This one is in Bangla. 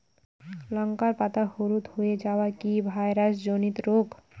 লঙ্কা পাতা হলুদ হয়ে যাওয়া কি ভাইরাস জনিত রোগ?